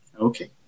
Okay